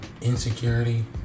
insecurity